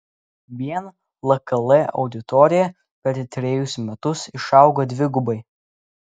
vien lkl auditorija per trejus metus išaugo dvigubai